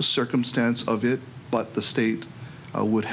circumstance of it but the state would ha